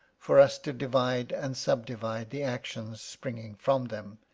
for us to divide and sub divide the actions springing from them,